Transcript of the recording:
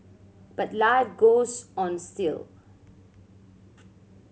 but life goes on still